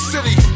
City